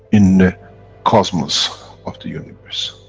in the cosmos of the universe.